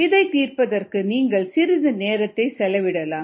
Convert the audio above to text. இதைத் தீர்ப்பதற்கு நீங்கள் சிறிது நேரத்தை செலவிடலாம்